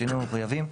בשינויים המחויבים,